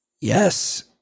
Yes